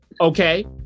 Okay